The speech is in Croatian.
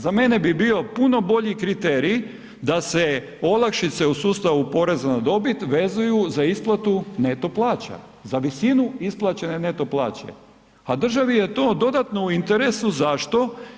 Za mene bi bilo puno bolji kriterij da se olakšice u sustavu poreza na dobit vezuju za isplatu neto plaća, za visinu isplaćene neto plaće, a državi je to dodatno u interesu, zašto?